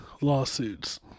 Lawsuits